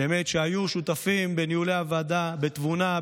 שהיו שותפים בניהול הוועדה בתבונה,